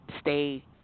stay